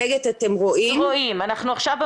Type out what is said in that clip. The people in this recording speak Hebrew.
שלו.